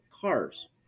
cars